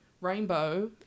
rainbow